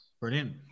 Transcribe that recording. brilliant